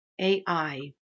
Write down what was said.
AI